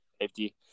safety